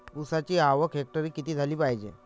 ऊसाची आवक हेक्टरी किती झाली पायजे?